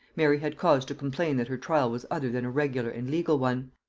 mary had cause to complain that her trial was other than a regular and legal one.